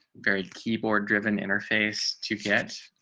very keyboard driven interface to get